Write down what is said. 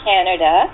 Canada